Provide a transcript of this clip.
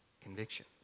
conviction